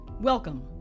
welcome